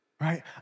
Right